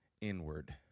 inward